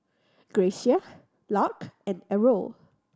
Gracia Lark and Errol